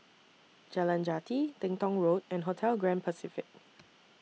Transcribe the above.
Jalan Jati Teng Tong Road and Hotel Grand Pacific